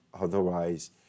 Otherwise